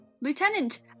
Lieutenant